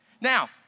Now